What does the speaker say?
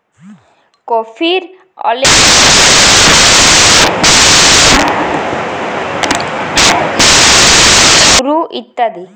কফির অলেক ব্র্যাল্ড আছে যেমল লেসলে, বুরু ইত্যাদি